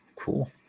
Cool